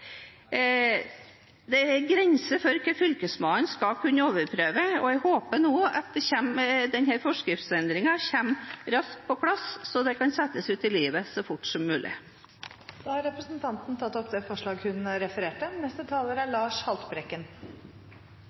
Det er en grense for hva Fylkesmannen skal kunne overprøve, og jeg håper nå at denne forskriftsendringen kommer raskt på plass, så det kan settes ut i livet så fort som mulig. Representanten Heidi Greni har da tatt opp det forslaget hun refererte